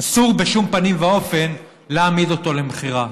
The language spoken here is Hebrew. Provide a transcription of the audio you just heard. אסור בשום פנים ואופן להעמיד אותו למכירה.